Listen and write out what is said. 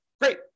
Great